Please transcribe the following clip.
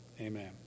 Amen